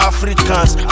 Africans